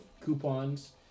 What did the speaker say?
coupons